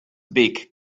beak